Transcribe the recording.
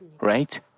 right